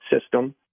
system